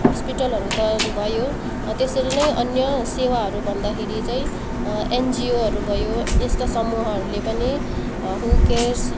हस्पिटलहरू त भयो त्यसरी नै अन्य सेवाहरू भन्दाखेरि चाहिँ एनजिओहरू भयो यस्ता समूहहरूले पनि हु केयर्स